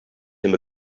him